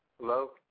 Hello